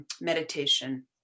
meditation